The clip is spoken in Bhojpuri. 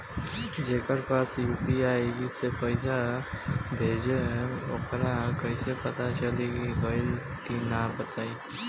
जेकरा पास यू.पी.आई से पईसा भेजब वोकरा कईसे पता चली कि गइल की ना बताई?